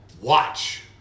watch